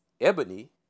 Ebony